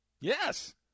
Yes